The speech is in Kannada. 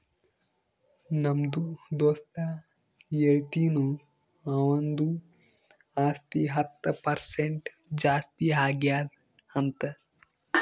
ನಮ್ದು ದೋಸ್ತ ಹೇಳತಿನು ಅವಂದು ಆಸ್ತಿ ಹತ್ತ್ ಪರ್ಸೆಂಟ್ ಜಾಸ್ತಿ ಆಗ್ಯಾದ್ ಅಂತ್